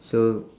so